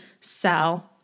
sell